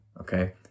Okay